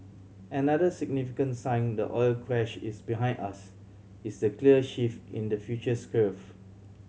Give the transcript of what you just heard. another significant sign the oil crash is behind us is the clear shift in the futures curve